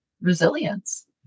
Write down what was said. resilience